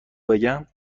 بگم